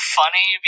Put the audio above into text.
funny